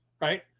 Right